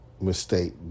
mistake